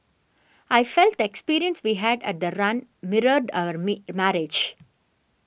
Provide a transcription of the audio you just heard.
I felt the experience we had at the run mirrored our marriage